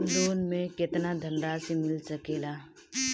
Loan मे केतना धनराशी मिल सकेला?